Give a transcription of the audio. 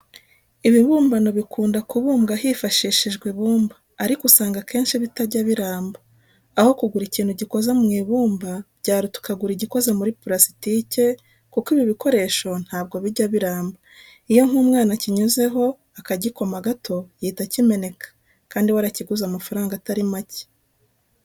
Ibibumbano bikunda kubumbwa hifashishijwe ibumba ariko usanga akenshi bitajya biramba. Aho kugura ikintu gikoze mu ibumba byaruta ukagura igikoze muri parasitike kuko ibi bikoresho ntabwo bijya biramba. Iyo nk'umwana akinyuzeho akagikoma gato gihita kimeneka kandi warakiguze amafaranga atari make.